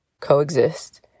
coexist